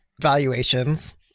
valuations